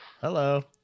Hello